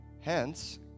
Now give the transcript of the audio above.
Hence